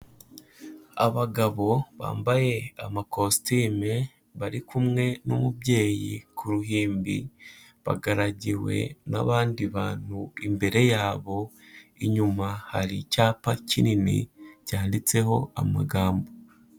Abagabo bambaye amakositime bari kumwe n'umubyeyi ku ruhimbi, bagaragiwe n'abandi bantu imbere yabo, inyuma hari icyapa kinini cyanditseho amagambo.